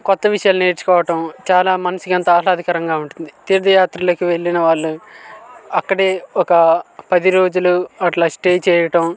కొత్త విషయాలు నేర్చుకోవడం చాలా మనసుకి ఎంతో ఆహ్లాదకరంగా ఉంటుంది తీర్ధయాత్రలకి వెళ్ళినవాళ్ళు అక్కడే ఒక పది రోజులు అట్లా స్టే చేయటం